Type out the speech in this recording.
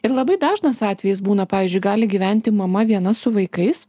ir labai dažnas atvejis būna pavyzdžiui gali gyventi mama viena su vaikais